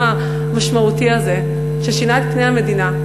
המשמעותי הזה ששינה את פני המדינה?